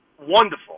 wonderful